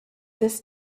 this